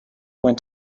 went